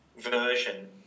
version